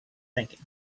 thinking